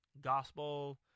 gospel